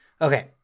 okay